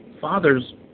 fathers